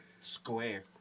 square